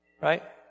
Right